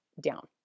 down